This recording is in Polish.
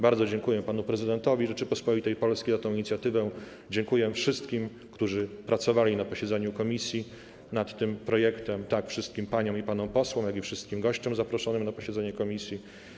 Bardzo dziękuję panu prezydentowi Rzeczypospolitej Polskiej za tę inicjatywę, dziękuję wszystkim, którzy pracowali na posiedzeniu komisji nad tym projektem, tak wszystkim paniom i panom posłom, jak i wszystkim gościom zaproszonym na posiedzenie komisji.